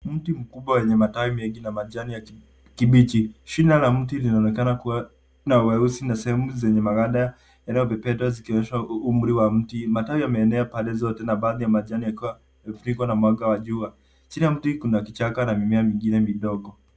Mti mkubwa wenye matawi mengi na majani ya kijani kibichi. Shina la mti linaonekana kuwa na mweusi na sehemu zenye maganda yanayo pepetwa zikionyesha umri wa mti. Matawi yameenea pande zote na baadhi ya majani yakiwa yamefunikwa na mwanga wa jua. Chini ya mti kuna kichaka na mimea midogo.